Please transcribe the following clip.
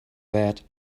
that